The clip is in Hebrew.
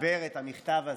חיבר את המכתב הזה?